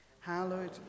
hallowed